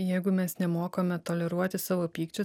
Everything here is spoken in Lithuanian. jeigu mes nemokame toleruoti savo pykčio